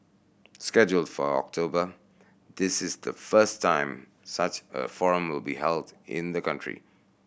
scheduled for October this is the first time such a forum will be held in the country